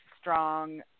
strong